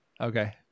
Okay